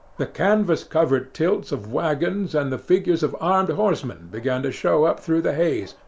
the canvas-covered tilts of waggons and the figures of armed horsemen began to show up through the haze,